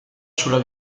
sulla